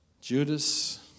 Judas